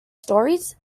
stories